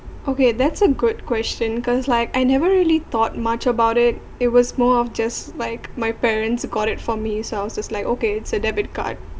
okay that's a good question cause like I never really thought much about it it was more of just like my parents got it for me so I was just like okay set debit card